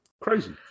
Crazy